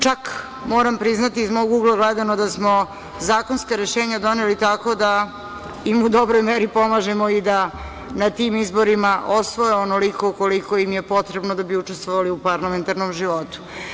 Čak, moram priznati, iz mog ugla gledano, da smo zakonska rešenja doneli tako da im u dobroj meri pomažemo i da na tim izborima osvoje onoliko koliko im je potrebno da bi učestvovali u parlamentarnom životu.